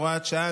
הוראת שעה,